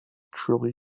truly